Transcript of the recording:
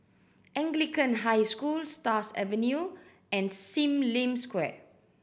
Anglican High School Stars Avenue and Sim Lim Square